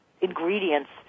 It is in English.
ingredients